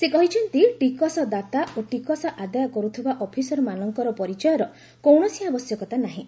ସେ କହିଛନ୍ତି ଟିକସଦାତା ଓ ଟିକସ ଆଦାୟ କରୁଥିବା ଅଫିସରମାନଙ୍କର ପରିଚୟର କୌଣସି ଆବଶ୍ୟକତା ନାହିଁ